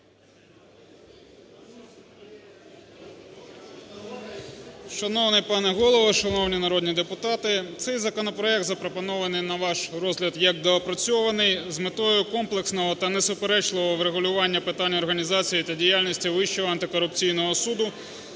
Шановний пане Голово! Шановні народні депутати! Цей законопроект запропонований на ваш розгляд як доопрацьований з метою комплексного та несуперечливого врегулювання питань організації та діяльності Вищого антикорупційного суду